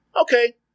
Okay